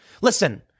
Listen